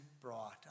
brought